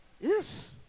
Yes